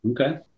Okay